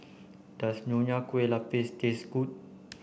does Nonya Kueh Lapis taste good